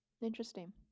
interesting